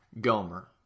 Gomer